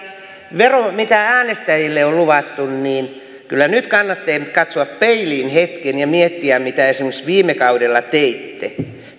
mitä äänestäjille on luvattu niin kyllä nyt kannattaa katsoa peiliin hetken ja miettiä mitä esimerkiksi viime kaudella teitte